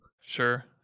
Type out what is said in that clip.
sure